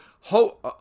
ho